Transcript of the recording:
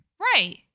Right